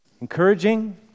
encouraging